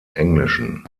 englischen